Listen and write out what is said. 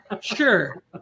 Sure